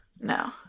No